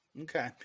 Okay